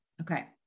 okay